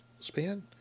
span